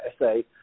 essay